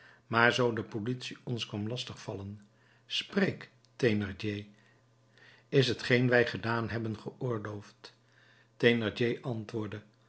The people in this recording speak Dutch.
maar zoo de politie ons kwam lastig vallen spreek thénardier is t geen wij gedaan hebben geoorloofd thénardier antwoordde